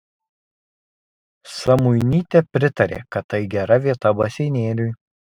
samuitytė pritarė kad tai gera vieta baseinėliui